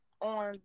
on